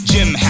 Jim